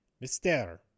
mister